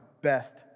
best